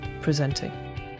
presenting